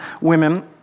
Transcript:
women